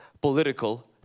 political